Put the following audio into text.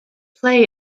play